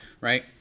right